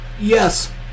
yes